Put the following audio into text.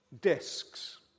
discs